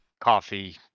coffee